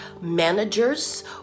managers